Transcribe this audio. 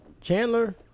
Chandler